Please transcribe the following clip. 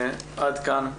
עד כאן.